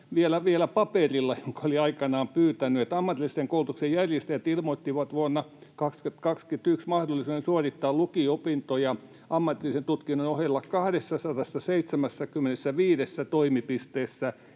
vielä paperilla, jonka olin aikanaan pyytänyt, että ammatillisen koulutuksen järjestäjät ilmoittivat vuonna 2020—21 mahdollisuuden suorittaa lukio-opintoja ammatillisen tutkinnon ohella 275 toimipisteessä,